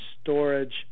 storage